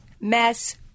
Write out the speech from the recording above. mess